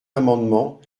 amendement